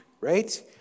right